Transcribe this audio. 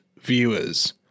viewers